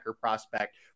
prospect